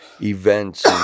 events